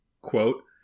Quote